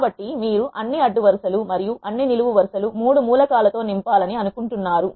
కాబట్టి మీరు అన్ని అడ్డు వరు సలు మరియు నిలువు వరు సలు 3 మూల కాల తో నింపాలని అనుకుంటున్నారు